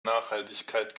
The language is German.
nachhaltigkeit